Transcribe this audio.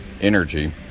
energy